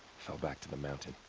fell back to the mountain.